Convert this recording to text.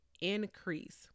increase